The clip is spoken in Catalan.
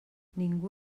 ningú